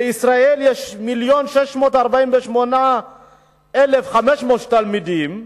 בישראל יש מיליון ו-648,500 תלמידים,